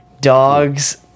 dogs